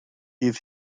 bydd